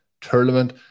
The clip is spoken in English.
Tournament